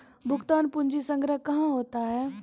भुगतान पंजी संग्रह कहां होता हैं?